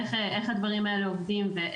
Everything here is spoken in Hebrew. איך הדברים האלה עובדים,